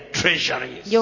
treasuries